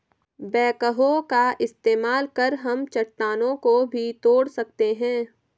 backhoe का इस्तेमाल कर हम चट्टानों को भी तोड़ सकते हैं